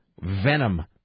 Venom